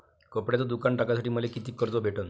कपड्याचं दुकान टाकासाठी मले कितीक कर्ज भेटन?